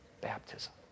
baptism